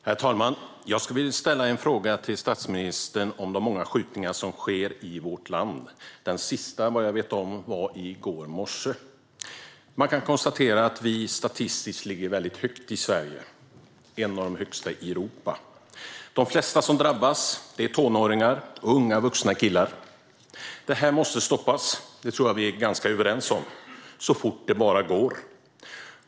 Herr talman! Jag vill ställa en fråga till statsministern om de många skjutningar som sker i vårt land. Vad jag vet var den senaste skjutningen i går morse. Man kan konstatera att vi statistiskt ligger högt i Sverige, en av de högsta i Europa. De flesta som drabbas är tonåringar och unga vuxna killar. Detta måste stoppas, det tror jag att vi är överens om, så fort det bara går.